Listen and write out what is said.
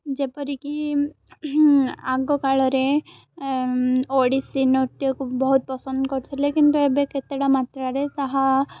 ଯେପରିକି ଆଗକାଳରେ ଓଡ଼ିଶୀ ନୃତ୍ୟକୁ ବହୁତ ପସନ୍ଦ କରୁଥିଲେ କିନ୍ତୁ ଏବେ କେତେଟା ମାତ୍ରାରେ ତାହା